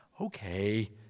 Okay